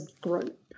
group